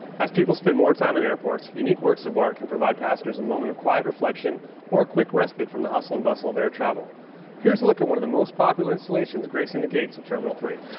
as people spend more time in airports unique works of art can provide passengers a moment of quiet reflection or quick respite from the hustle and bustle of air travel here's a look at one of the most popular installations gracing the gates of terminal three